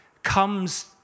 comes